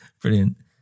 Brilliant